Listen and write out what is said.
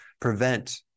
prevent